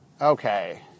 Okay